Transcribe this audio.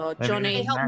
Johnny